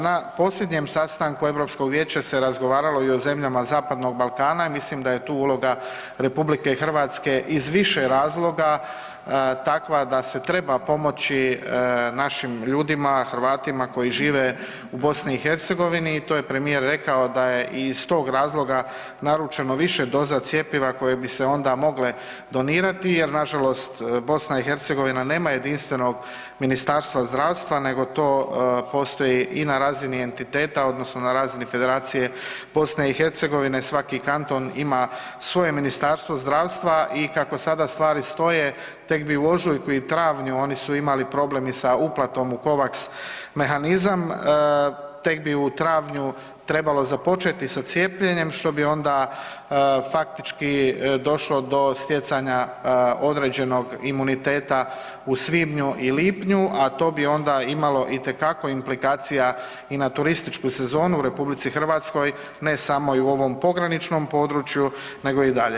Na posljednjem sastanku Europskog vijeća se razgovaralo i o zemljama zapadnog Balkana i mislim da je tu uloga RH iz više razloga takva da se treba pomoći našim ljudima, Hrvatima koji žive u BiH i to je premijer rekao da je iz tog razloga naručeno više doza cjepiva koje bi se onda mogle donirati jer nažalost BiH nema jedinstvenog Ministarstva zdravstva nego to postoji i na razini entiteta odnosno na razini Federacije BiH svaki kanton ima svoje Ministarstvo zdravstva i kako sada stvari stoje tek bi u ožujku i travnju, oni su imali problem i sa uplatom u COVAX mehanizam, tek bi u travnju trebalo započeti sa cijepljenjem, što bi onda faktički došlo do stjecanja određenog imuniteta u svibnju i lipnju, a to bi onda imalo itekako implikacija i na turističku sezonu u RH, ne samo i u ovom pograničnom području nego i dalje.